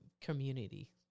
community